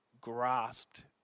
grasped